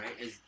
right